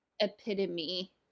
epitome